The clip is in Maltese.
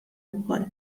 wkoll